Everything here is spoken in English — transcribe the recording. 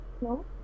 No